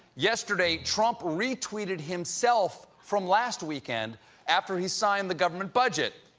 yesterday, trump retweeted himself from last weekend after he signed the government budget.